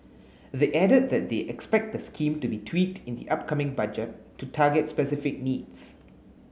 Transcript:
they added that they expect the scheme to be tweaked in the upcoming Budget to target specific needs